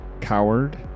Coward